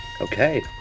Okay